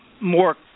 more